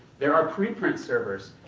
there are pre-print servers,